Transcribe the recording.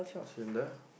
same there